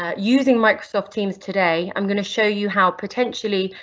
ah using microsoft teams today i'm going to show you how potentially,